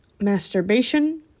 masturbation